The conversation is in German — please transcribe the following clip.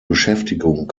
beschäftigung